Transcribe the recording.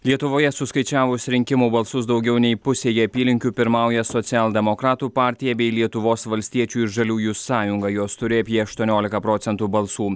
lietuvoje suskaičiavus rinkimų balsus daugiau nei pusėje apylinkių pirmauja socialdemokratų partija bei lietuvos valstiečių ir žaliųjų sąjunga jos turi apie aštuoniolika procentų balsų